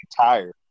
tired